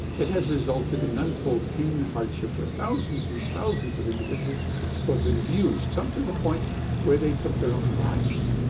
it has resulted in untold pain and hardship for thousands and thousands of individuals who have been abused, some to the point where they took their own lives.